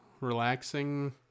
relaxing